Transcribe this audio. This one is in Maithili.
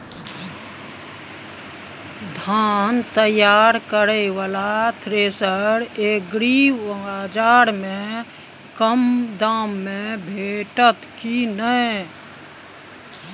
धान तैयार करय वाला थ्रेसर एग्रीबाजार में कम दाम में भेटत की नय?